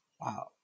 Wow